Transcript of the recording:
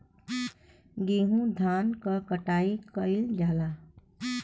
गेंहू धान क कटाई कइल जाला